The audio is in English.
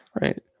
Right